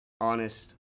honest